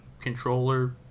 controller